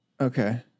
Okay